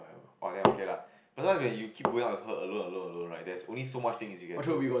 oh then okay lah but sometimes when you keep going out with her alone alone alone right there's only so much things you can do